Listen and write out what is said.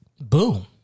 Boom